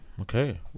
okay